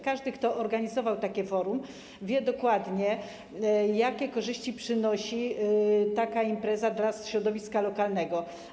Każdy, kto organizował takie forum, wie dokładnie, jakie korzyści przynosi taka impreza dla środowiska lokalnego.